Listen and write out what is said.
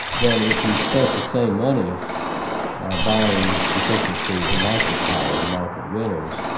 then if you spent the same money buying efficiency and micropower, the market winners.